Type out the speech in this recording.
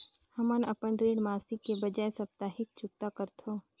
हमन अपन ऋण मासिक के बजाय साप्ताहिक चुकता करथों